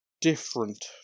different